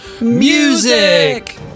Music